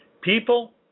People